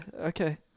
okay